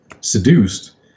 Seduced